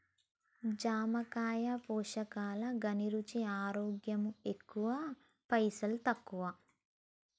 జామకాయ పోషకాల ఘనీ, రుచి, ఆరోగ్యం ఎక్కువ పైసల్ తక్కువ